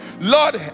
Lord